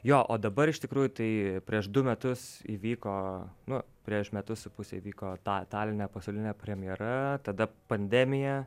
jo o dabar iš tikrųjų tai prieš du metus įvyko nu prieš metus su puse įvyko ta taline pasaulinė premjera tada pandemija